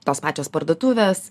tos pačios parduotuvės